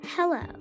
Hello